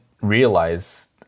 realize